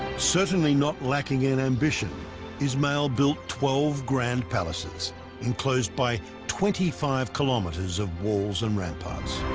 certainly not lacking in ambition ismail built twelve grand palaces enclosed by twenty five kilometers of walls and ramparts